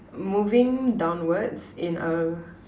moving downwards in a